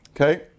Okay